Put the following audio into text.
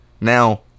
now